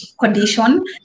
condition